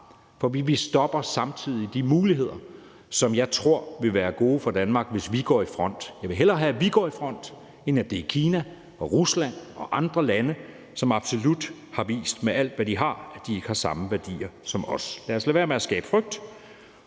For vi stopper samtidig de muligheder, som jeg tror vil være gode for Danmark, hvis vi går i front. Jeg vil hellere have, at vi går i front, end at det er Kina og Rusland og andre lande, som absolut har vist med alt, hvad de har, at de ikke har samme værdier som os. Lad os lade være med at skabe frygt.